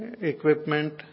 equipment